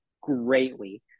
greatly